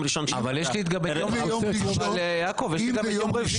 אבל יעקב, יש גם את יום רביעי.